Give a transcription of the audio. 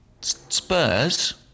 Spurs